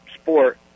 sport